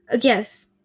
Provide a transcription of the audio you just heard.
Yes